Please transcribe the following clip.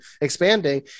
expanding